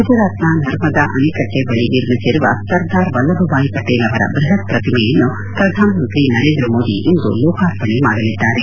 ಗುಜರಾತ್ನ ನರ್ಮದಾ ಅಣೆಕಟ್ಟೆ ಬಳಿ ನಿರ್ಮಿಸಿರುವ ಸರ್ದಾರ್ ವಲ್ಲಭಭಾಯ್ ಪಟೇಲ್ ಅವರ ಬೃಹತ್ ಪ್ರತಿಮೆಯನ್ನು ಪ್ರಧಾನಮಂತ್ರಿ ನರೇಂದ್ರ ಮೋದಿ ಇಂದು ಲೋಕಾರ್ಪಣೆ ಮಾಡಲಿದ್ದಾರೆ